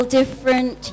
different